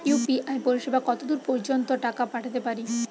UPI পরিসেবা কতদূর পর্জন্ত টাকা পাঠাতে পারি?